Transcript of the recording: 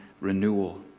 renewal